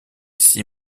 six